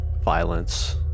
violence